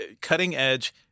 cutting-edge